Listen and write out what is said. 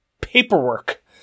paperwork